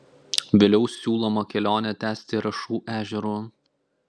vėliau siūloma kelionę tęsti rašų ežeru